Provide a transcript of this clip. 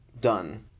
done